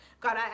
God